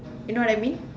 you know what I mean